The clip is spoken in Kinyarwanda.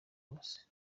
bose